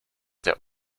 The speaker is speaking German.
der